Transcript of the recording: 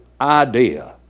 idea